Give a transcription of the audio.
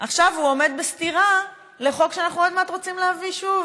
ועכשיו הוא עומד בסתירה לחוק שאנחנו עוד מעט רוצים להביא שוב,